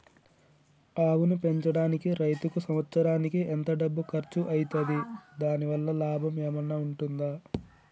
ఆవును పెంచడానికి రైతుకు సంవత్సరానికి ఎంత డబ్బు ఖర్చు అయితది? దాని వల్ల లాభం ఏమన్నా ఉంటుందా?